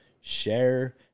share